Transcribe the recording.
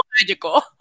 magical